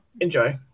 Enjoy